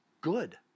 good